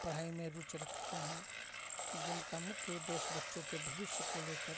पढ़ाई में रुचि रखते हैं जिनका मुख्य उद्देश्य बच्चों के भविष्य को लेकर